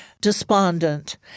despondent